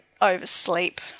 Oversleep